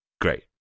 Great